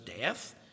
death